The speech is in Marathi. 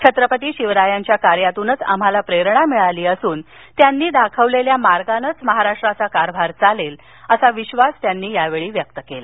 छत्रपती शिवरायांच्या कार्यातूनच आम्हाला प्रेरणा मिळाली असून त्यांनी दाखवलेल्या मार्गानेच महाराष्ट्राचा कारभार चालेल असा विश्वास त्यांनी यावेळी व्यक्त केला